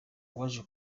waje